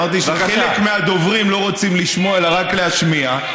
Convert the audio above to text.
אמרתי שחלק מהדוברים לא רוצים לשמוע אלא רק להשמיע,